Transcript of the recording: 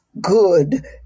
good